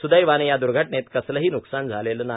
सुदैवाने या द्र्घटनेत कसलेही न्कसान झालेले नाही